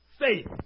Faith